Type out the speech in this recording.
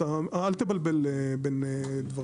אל תבלבל בין דברים.